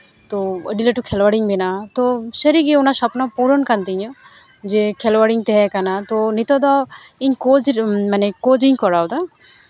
ᱛᱚ ᱟᱹᱰᱤ ᱞᱟᱹᱴᱩ ᱠᱷᱮᱞᱣᱟᱲ ᱤᱧ ᱵᱮᱱᱟᱜᱼᱟ ᱛᱚ ᱥᱟᱹᱨᱤᱜᱮ ᱚᱱᱟ ᱥᱚᱯᱱᱚ ᱯᱩᱨᱚᱱ ᱠᱟᱱ ᱛᱤᱧᱟ ᱡᱮ ᱠᱷᱮᱞᱣᱟᱲ ᱤᱧ ᱛᱟᱦᱮᱸ ᱠᱟᱱᱟ ᱛᱚ ᱱᱤᱛᱚᱜ ᱫᱚ ᱤᱧ ᱠᱳᱪ ᱢᱟᱱᱮ ᱠᱳᱪ ᱤᱧ ᱠᱚᱨᱟᱣᱮᱫᱟ